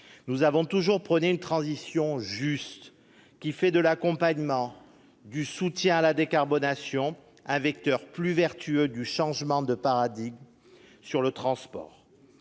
Nous avons toujours prôné une transition juste faisant de l'accompagnement et du soutien à la décarbonation un vecteur plus vertueux du changement de paradigme sur le transport.